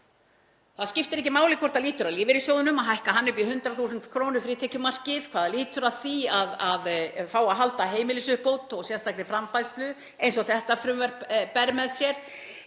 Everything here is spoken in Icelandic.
Það skiptir ekki máli hvort það lýtur að lífeyrissjóðnum, að hækka hann upp í 100.000 kr., frítekjumarkið, hvað lýtur að því að fá að halda heimilisuppbót og sérstakri framfærslu eins og þetta frumvarp ber með sér